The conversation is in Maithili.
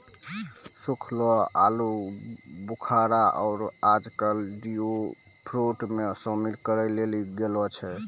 सूखलो आलूबुखारा कॅ आजकल ड्रायफ्रुट मॅ शामिल करी लेलो गेलो छै